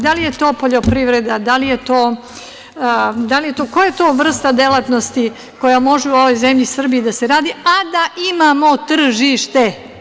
Da li je to poljoprivreda, koja je to vrsta delatnosti koja može u ovoj zemlji Srbiji da se radi, a da imamo tržište.